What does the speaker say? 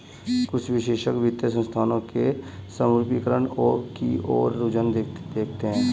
कुछ विशेषज्ञ वित्तीय संस्थानों के समरूपीकरण की ओर रुझान देखते हैं